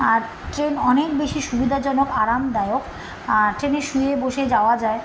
আর train অনেক বেশি সুবিধাজনক আরামদায়ক আর ট্রেনে শুয়ে বসে যাওয়া যায়